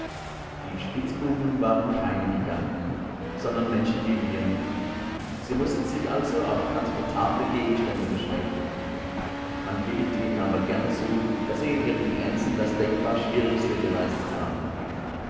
die spitzbuben waren keine giganten sondern menschen wie wir sie mußten sich also auf transportable gegenstände beschränken man billigt ihnen aber gern zu daß sie in ihren grenzen das denkbar schwierigste geleistet haben